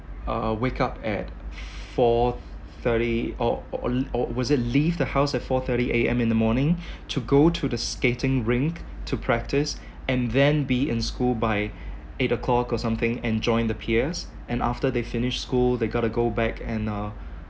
uh wake up at four thirty or or or was it leave the house at four thirty A_M in the morning to go to the skating rink to practice and then be in school by eight o'clock or something and join the peers and after they finish school they got to go back and uh